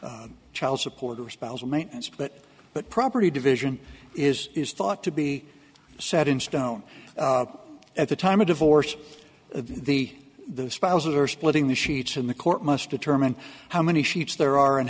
support or spousal maintenance but but property division is is thought to be set in stone at the time of divorce the the spouses are splitting the sheets and the court must determine how many sheets there are and